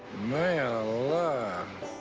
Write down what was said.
man alive.